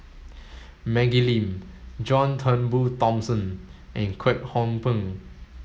Maggie Lim John Turnbull Thomson and Kwek Hong Png